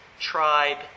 tribe